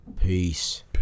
Peace